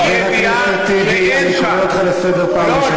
חבר הכנסת טיבי, אני קורא אותך לסדר פעם ראשונה.